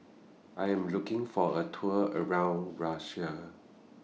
I Am looking For A Tour around Russia